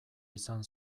izan